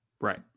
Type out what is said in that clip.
Right